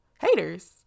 haters